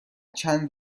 چند